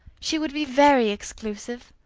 she would be very exclusive.